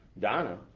Donna